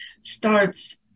starts